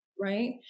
right